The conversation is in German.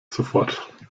sofort